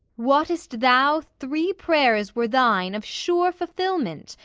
wottest thou three prayers were thine of sure fulfilment,